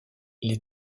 les